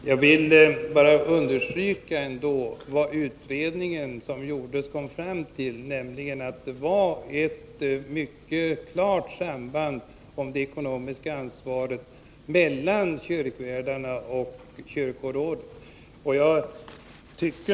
Herr talman! Jag vill bara understryka vad utredningen kom fram till, nämligen att det var ett mycket klart samband i fråga om det ekonomiska ansvaret mellan kyrkvärdarna och kyrkorådet.